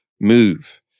move